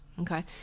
Okay